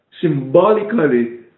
symbolically